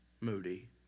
Moody